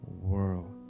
world